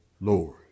Lord